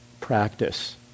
practice